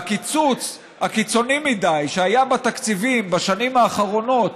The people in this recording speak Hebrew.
הקיצוץ הקיצוני מדי שהיה בתקציבים בשנים האחרונות,